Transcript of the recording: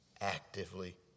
actively